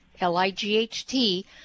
L-I-G-H-T